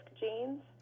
genes